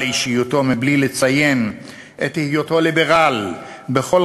אישיותו בלי לציין את היותו ליברל בכל